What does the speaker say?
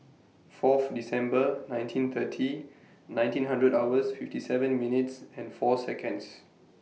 Fourth December nineteen thirty nineteen hours fifty seven minutes and four Seconds